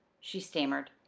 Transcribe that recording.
she stammered.